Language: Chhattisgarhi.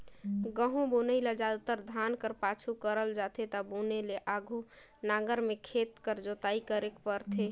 गहूँ बुनई ल जादातर धान कर पाछू करल जाथे ता बुने ले आघु नांगर में खेत कर जोताई करेक परथे